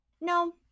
No